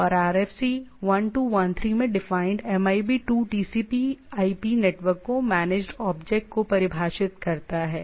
और RFC 1213 में defined MIB 2 TCP IP TCPIP network की मैनेज्ड ऑब्जेक्ट को परिभाषित करता है